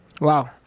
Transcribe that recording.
Wow